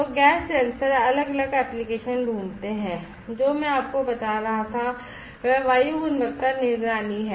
तो gas sensor अलग अलग एप्लिकेशन ढूंढते हैं जो मैं आपको बता रहा था वह वायु गुणवत्ता निगरानी है